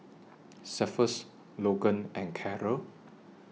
Cephus Logan and Karel